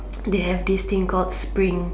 they have this thing called spring